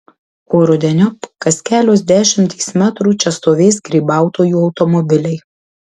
o rudeniop kas kelios dešimtys metrų čia stovės grybautojų automobiliai